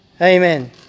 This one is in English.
Amen